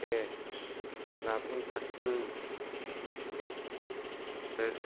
दे लाबोनसां दे दे